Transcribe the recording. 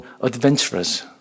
adventurous